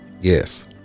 Yes